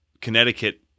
Connecticut